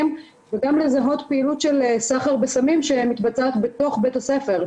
וגם לזהות פעילות של סחר בסמים שמתבצעת בתוך בית הספר,